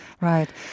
Right